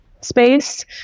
space